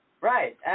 Right